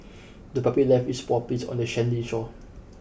the puppy left its paw prints on the sandy shore